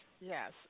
yes